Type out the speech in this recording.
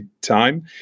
time